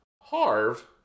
Harv